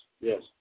Yes